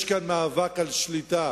יש כאן מאבק על שליטה.